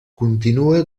continua